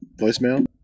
voicemail